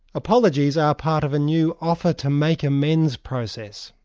apologies are part of new offer to make amends process,